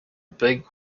big